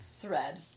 thread